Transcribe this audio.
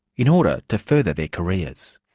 in order to further their careers.